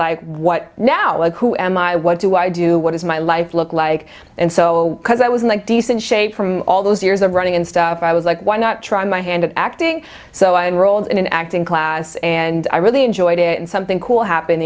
like what now and who am i what do i do what is my life look like and so because i was in a decent shape from all those years of running and stuff i was like why not try my hand of acting so i enrolled in an acting class and i really enjoyed it and something cool happened